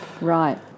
right